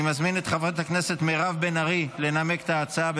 אני מזמין את חברת הכנסת מירב בן ארי לנמק את ההצעה.